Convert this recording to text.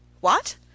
What